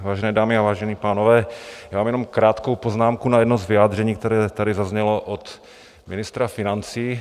Vážené dámy, vážení pánové, já mám jenom krátkou poznámku na jedno z vyjádření, které tady zaznělo od ministra financí.